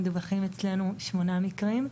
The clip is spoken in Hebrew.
מדווחים אצלנו שמונה מקרים,